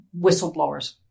whistleblowers